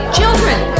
Children